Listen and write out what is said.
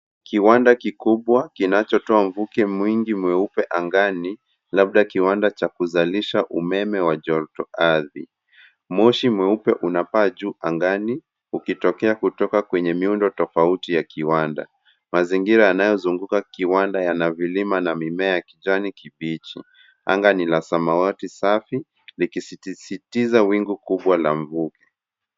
Kiwanda kikubwa kinachotoa mvuke mwingi mweupe angani labda kiwanda cha kuzalisha umeme wa joto ardhi. Moshi mweupe unapaa juu angani ukitokea kutoka kwenye miundo tofauti ya kiwanda. Mazingira yanayozunguka kiwanda yana vilima na mimea kijani kibichi. Anga ni la samawati safi likisitisitiza wingu kubwa la mvuke.